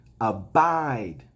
Abide